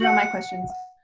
my questions.